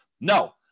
no